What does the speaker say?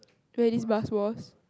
where this bus was